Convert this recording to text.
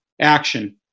action